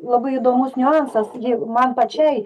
labai įdomus niuansas jei man pačiai